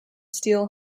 steel